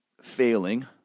failing